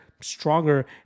stronger